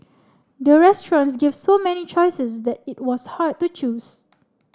the restaurants gave so many choices that it was hard to choose